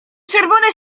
czerwone